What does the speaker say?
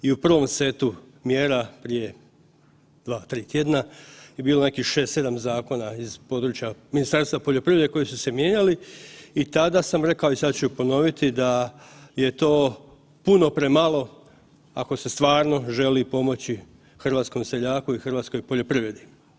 I u prvom setu mjera prije 2, 3 tjedna je bilo nekih 6, 7 zakona iz područja Ministarstva poljoprivrede koji su se mijenjali i tada sam rekao, a i sad ću ponoviti da je to puno premalo ako se stvarno želi pomoći hrvatskom seljaku i hrvatskoj poljoprivredi.